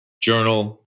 Journal